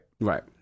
Right